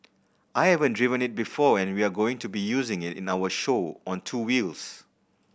I haven't driven it before and we're going to be using it in our show on two wheels